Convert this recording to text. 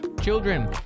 children